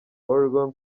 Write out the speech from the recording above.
oregon